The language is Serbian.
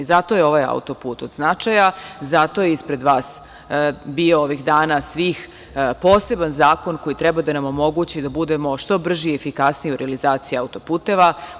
Zato je ovaj auto-put od značaja, zato je ispred vas bio ovih svih dana poseban zakon koji treba da nam omogući da budemo što brži i efikasniji u realizaciji auto-puteva.